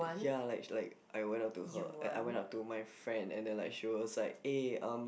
ya like like I went up to her eh I went up to my friend and then she was like eh um